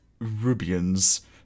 rubians